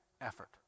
effort